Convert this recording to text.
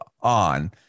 on